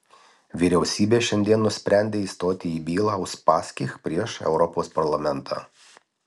vyriausybė šiandien nusprendė įstoti į bylą uspaskich prieš europos parlamentą